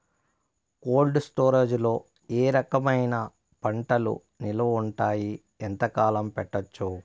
Cold storage లో ఏ రకమైన పంటలు నిలువ ఉంటాయి, ఎంతకాలం పెట్టొచ్చు?